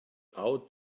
out